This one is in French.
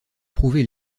prouvé